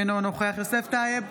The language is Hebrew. אינו נוכח יוסף טייב,